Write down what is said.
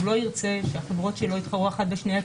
הוא לא ירצה שהחברות שלו התחרו אחת בשנייה,